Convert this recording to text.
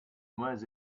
moins